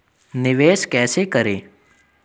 निवेश कैसे करें?